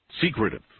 secretive